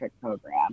program